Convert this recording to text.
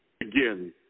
again